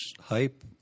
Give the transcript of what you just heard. hype